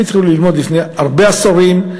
הם התחילו ללמוד לפני הרבה עשורים,